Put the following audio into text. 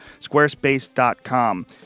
Squarespace.com